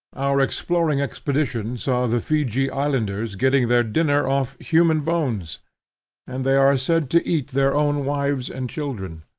our exploring expedition saw the feejee islanders getting their dinner off human bones and they are said to eat their own wives and children.